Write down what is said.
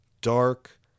dark